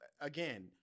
Again